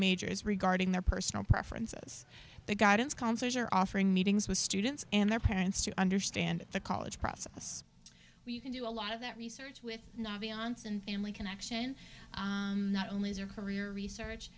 majors regarding their personal preferences the guidance counselors are offering meetings with students and their parents to understand the college process where you can do a lot of that research with navi onsen family connection not only is your career research